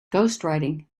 ghostwriting